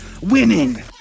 winning